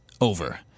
over